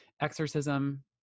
Exorcism